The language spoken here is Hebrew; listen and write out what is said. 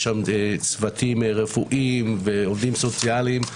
יש שם צוותים רפואיים ועובדים סוציאליים.